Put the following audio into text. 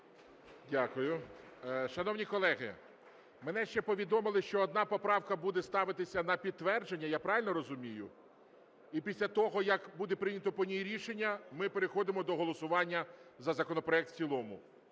Дякую. Шановні колеги, мене ще повідомили, що одна поправка буде ставитися на підтвердження. Я правильно розумію? І після того, як буде прийнято по ній рішення, ми переходимо до голосування за законопроект в цілому.